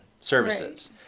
services